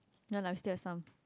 no lah I still have some